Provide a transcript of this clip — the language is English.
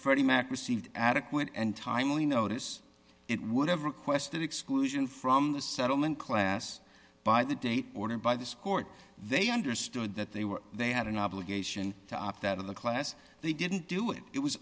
freddie mac received adequate and timely notice it would have requested exclusion from the settlement class by the date ordered by this court they understood that they were they had an obligation to opt out of the class they didn't do it it was